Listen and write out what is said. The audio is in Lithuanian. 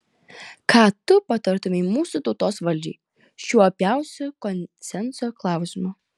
ką tu patartumei mūsų tautos valdžiai šiuo opiausiu konsenso klausimu